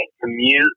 commute